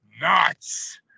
nuts